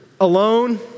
alone